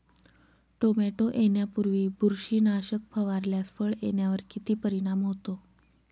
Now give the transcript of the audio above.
Tomato येण्यापूर्वी बुरशीनाशक फवारल्यास फळ येण्यावर किती परिणाम होतो?